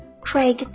Craig